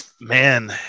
man